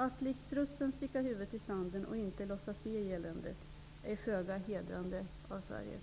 Att likt strutsen sticka huvudet i sanden och inte låtsas se eländet är föga hedrande för Sverige.